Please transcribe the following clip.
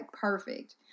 perfect